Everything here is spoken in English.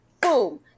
Boom